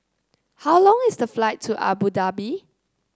how long is the flight to Abu Dhabi